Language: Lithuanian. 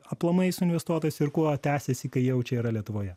aplamai su investuotojais ir kuo tęsiasi kai jau čia yra lietuvoje